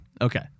Okay